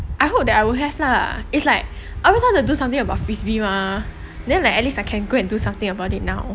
I hope that I will have lah it's like I always wanted to do something about frisbee mah then like at least I can go and do something about it now